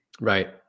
Right